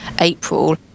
April